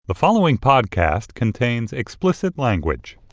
the following podcast contains explicit language